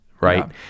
right